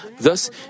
Thus